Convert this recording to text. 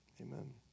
Amen